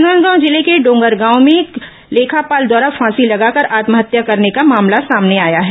राजनांदगांव जिले के डोंगरगांव में लेखापाल द्वारा फांसी लगाकर आत्महत्या करने का मामला सामने आया है